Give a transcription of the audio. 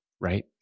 right